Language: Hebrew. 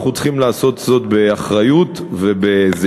אנחנו צריכים לעשות זאת באחריות ובזהירות,